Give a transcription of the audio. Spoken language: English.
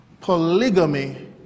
polygamy